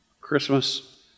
Christmas